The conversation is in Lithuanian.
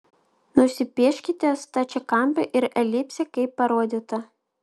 nusipieškite stačiakampį ir elipsę kaip parodyta